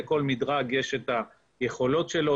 לכל מדרג יש את היכולות שלו,